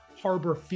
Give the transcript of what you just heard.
harbor